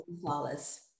flawless